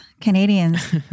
Canadians